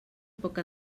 poca